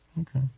Okay